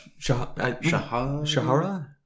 Shahara